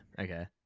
Okay